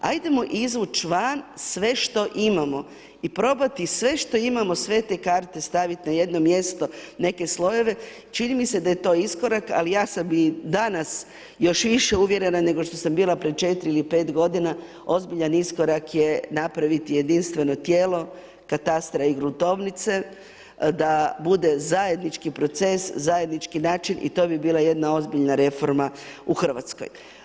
Ajdemo izvuć van sve što imamo i probati sve što imamo, sve te karte stavit na jedno mjesto, neke slojeve, čini mi se da je to iskorak, ali ja sam i danas još više uvjerena nego što sam bila pred 4 ili 5 godina, ozbiljan iskorak je napraviti jedinstveno tijelo katastra i gruntovnice, da bude zajednički proces, zajednički način i to bi bila jedna ozbiljna reforma u Hrvatskoj.